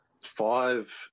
five